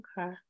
Okay